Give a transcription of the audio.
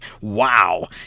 wow